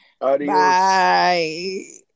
Bye